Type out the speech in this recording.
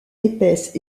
épaisse